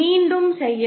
மீண்டும் செய்யவும்